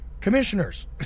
commissioners